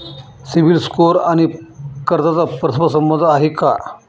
CIBIL score आणि कर्जाचा परस्पर संबंध आहे का?